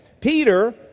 Peter